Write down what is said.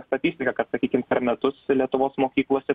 statistika kad sakykim per metus lietuvos mokyklose